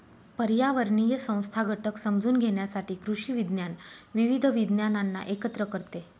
पर्यावरणीय संस्था घटक समजून घेण्यासाठी कृषी विज्ञान विविध विज्ञानांना एकत्र करते